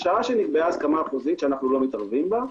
משנקבעה הסכמה חוזית שאנו לא מתערבים בה,